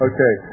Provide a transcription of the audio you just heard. Okay